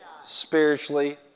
spiritually